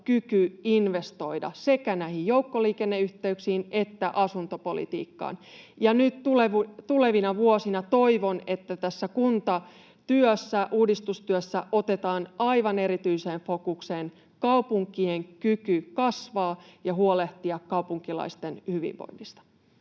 kyky investoida sekä joukkoliikenneyhteyksiin että asuntopolitiikkaan. Nyt tulevina vuosina toivon, että tässä kuntatyössä, uudistustyössä, otetaan aivan erityiseen fokukseen kaupunkien kyky kasvaa ja huolehtia kaupunkilaisten hyvinvoinnista.